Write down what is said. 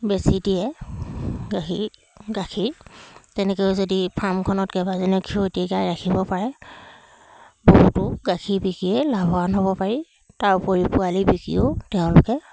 বেছি দিয়ে গাখীৰ গাখীৰ তেনেকৈও যদি ফাৰ্মখনত কেইবাজনীয় খীৰতী গাই ৰাখিব পাৰে বহুতো গাখীৰ বিকিয়ে লাভৱান হ'ব পাৰি তাৰোপৰি পোৱালি বিকিও তেওঁলোকে